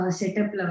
setup